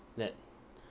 let